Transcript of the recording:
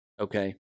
okay